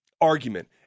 argument